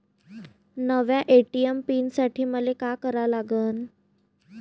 नव्या ATM pin साठी मले का करा लागन?